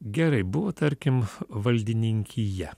gerai buvo tarkim valdininkija